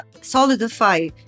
solidify